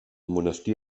monestir